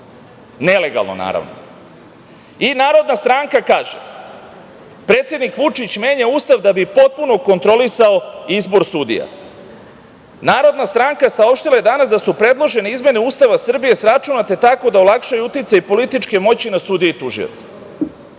Nelegalno, naravno. I Narodna stranka kaže - predsednik Vučić menja Ustav da bi potpuno kontrolisao izbor sudija. Narodna stranka je danas saopštila da su predložene izmene Ustava Srbije sračunate tako da olakšaju uticaj političke moći na sudije i tužioce.